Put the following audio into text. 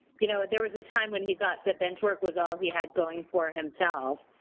you know, there was a time when he thought that bench work was all he had going for himself,